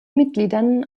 mitgliedern